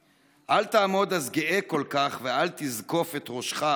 // אל תעמוד אז גאה כל כך / ואל תזקוף את ראשך,